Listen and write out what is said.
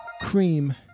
cream